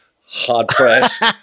hard-pressed